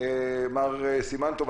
מר סימן טוב,